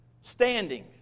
standing